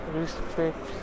respect